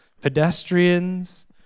pedestrians